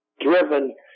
driven